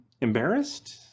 embarrassed